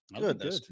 Good